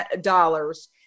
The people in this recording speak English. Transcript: dollars